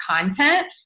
content